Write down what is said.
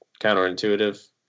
counterintuitive